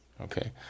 Okay